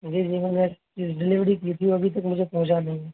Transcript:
جی جی میں نے ڈلیوری کی تھی ابھی تک مجھے پہنچا نہیں